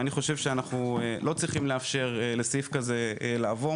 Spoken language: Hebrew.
אני חושב שאנחנו לא צריכים לאפשר לסעיף כזה לעבור.